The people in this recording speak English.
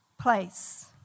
place